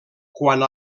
quant